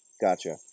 Gotcha